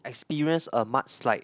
experience a much slight